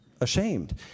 ashamed